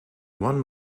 one